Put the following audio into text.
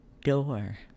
door